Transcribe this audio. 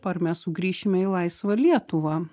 ar mes sugrįšime į laisvą lietuvą